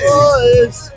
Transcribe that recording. boys